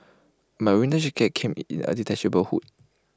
my winter jacket came with A detachable hood